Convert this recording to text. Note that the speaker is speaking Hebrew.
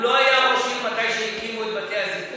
הוא לא היה ראש עיר כשהקימו את בתי-הזיקוק.